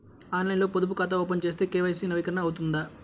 ఆన్లైన్లో పొదుపు ఖాతా ఓపెన్ చేస్తే కే.వై.సి నవీకరణ అవుతుందా?